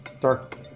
Dark